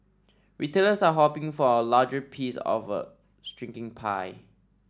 retailers are hoping for a larger piece of a shrinking pie